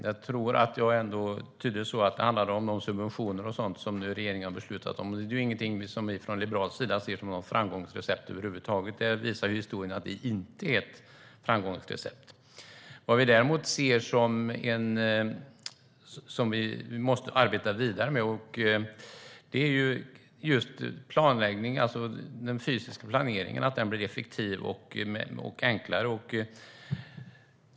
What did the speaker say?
Jag tolkade det ändå så att det handlar om subventioner och sådant som regeringen nu har beslutat om, men det är ingenting vi från Liberalernas sida ser som ett framgångsrecept över huvud taget. Historien visar ju att det inte är ett framgångsrecept. Vad vi däremot ser att vi måste arbeta vidare med är just planläggningen, alltså den fysiska planeringen så att den blir effektiv och enklare.